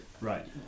Right